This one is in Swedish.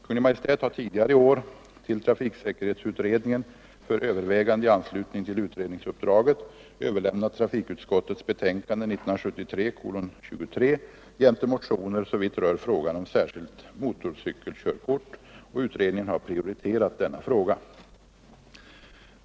Kungl. Maj:t har tidigare i år till trafiksäkerhetsutredningen för övervägande i anslutning till utredningsuppdraget överlämnat trafikutskottets betänkande 1973:23 jämte motioner såvitt rör frågan om särskilt motorcykelkörkort. Utredningen har prioriterat denna fråga.